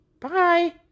Bye